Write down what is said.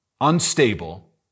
unstable